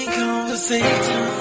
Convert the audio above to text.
conversation